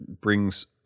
brings